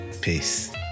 peace